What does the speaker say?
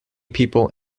people